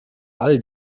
all